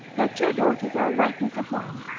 her two daughters are lightness of mind,